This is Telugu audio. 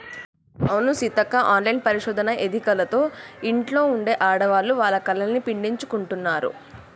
అవును సీతక్క ఆన్లైన్ పరిశోధన ఎదికలతో ఇంట్లో ఉండే ఆడవాళ్లు వాళ్ల కలల్ని పండించుకుంటున్నారు